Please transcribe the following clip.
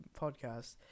podcast